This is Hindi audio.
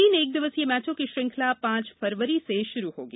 तीन एक दिवसीय मैचों की श्रंखला पांच फरवरी से शुरू होगी